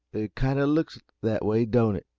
it kind of looks that way, don't it?